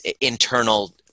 internal